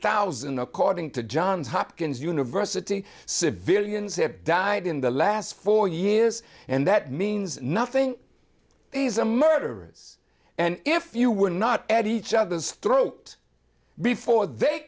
thousand according to johns hopkins university civilians have died in the last four years and that means nothing is a murderous and if you were not at each other's throat before they